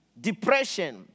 depression